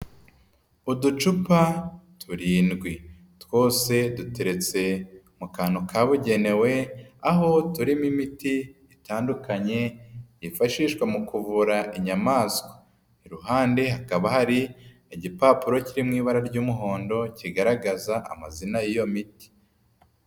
Uducupa turindwi twose duteretse mu kantu kabugenewe, aho turimo imiti itandukanye yifashishwa mu kuvura inyamaswa. Iruhande hakaba hari igipapuro kiri mu ibara ry'umuhondo kigaragaza amazina y'iyo miti.